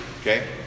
okay